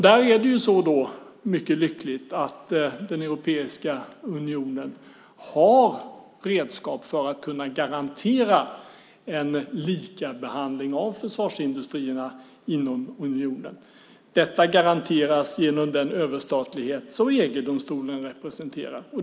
Där är det så, mycket lyckligt, att den europeiska unionen har redskap för att kunna garantera en likabehandling av försvarsindustrierna inom unionen. Detta garanteras genom den överstatlighet som EG-domstolen representerar.